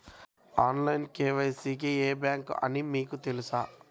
Online KYC కి ఏ bank అని మీకు తెలుసా?